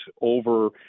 over